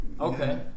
Okay